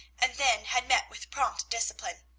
and then had met with prompt discipline.